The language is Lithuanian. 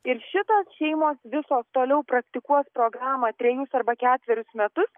ir šitos šeimos visos toliau praktikuos programą trejus arba ketverius metus